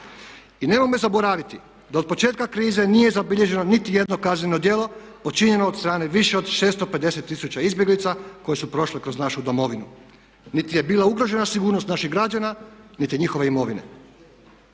I nemojmo zaboraviti da od početka krize nije zabilježeno niti jedno kazneno djelo počinjeno od strane više od 650 tisuća izbjeglica koje su prošle kroz našu Domovinu. Niti je bila ugrožena sigurnost naših građana niti njihove imovine.